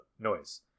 noise